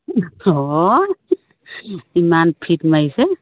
অঁ ইমান ফিট মাৰিছে